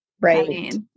right